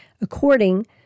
according